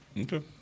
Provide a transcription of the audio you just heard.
Okay